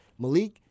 Malik